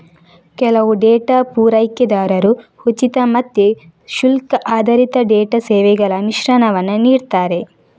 ಕೆಲವು ಡೇಟಾ ಪೂರೈಕೆದಾರರು ಉಚಿತ ಮತ್ತೆ ಶುಲ್ಕ ಆಧಾರಿತ ಡೇಟಾ ಸೇವೆಗಳ ಮಿಶ್ರಣವನ್ನ ನೀಡ್ತಾರೆ